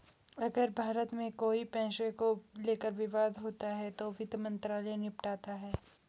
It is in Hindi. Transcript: अगर भारत में कोई पैसे को लेकर विवाद होता है तो वित्त मंत्रालय निपटाता है